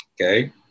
Okay